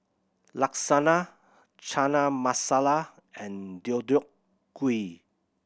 Lasagna Chana Masala and Deodeok Gui